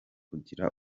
ugira